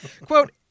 Quote